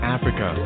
Africa